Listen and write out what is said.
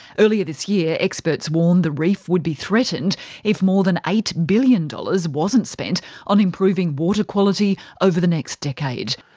earlier this year, experts warned the reef would be threatened if more than eight billion dollars wasn't spent on improving water quality over the next decade.